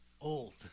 Old